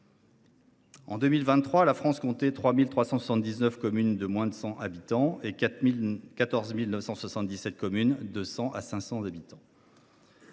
En 2023, la France comptait 3 379 communes de moins de 100 habitants et 14 977 communes de 100 à 500 habitants.